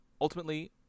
ultimately